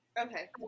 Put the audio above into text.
Okay